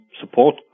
support